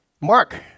Mark